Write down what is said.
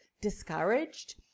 discouraged